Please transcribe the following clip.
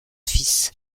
fils